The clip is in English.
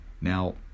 Now